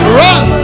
run